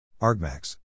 argmax